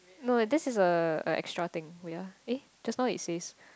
no this is a a extra thing oh ya eh just now it says